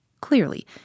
Clearly